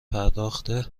پرداخته